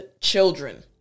children